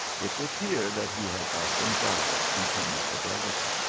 it was here that he had often vowed eternal fidelity.